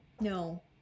No